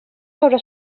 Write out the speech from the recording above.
sobre